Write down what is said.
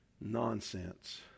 nonsense